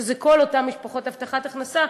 שזה כל אותן משפחות שמקבלות הבטחת הכנסה,